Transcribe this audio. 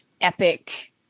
epic